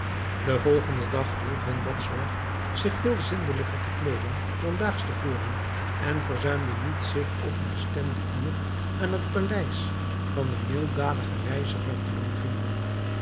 den volgenden dag droeg hindbad zorg zich veel zindelijker te kleeden dan daags te voren en verzuimde niet zich op het bestemde uur aan het paleis van den milddadigen reiziger te doen vinden